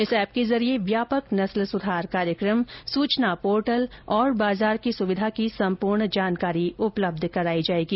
इस एप के जरिए व्यापक नस्ल सुधार कार्यक्रम सूचना पोर्टल और बाजार की सुविधा की संपूर्ण जानकारी उपलब्ध करायी जाएगी